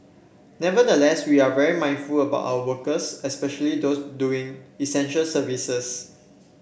nevertheless we are very mindful about our workers especially those doing essential services